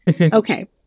okay